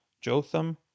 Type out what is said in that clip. Jotham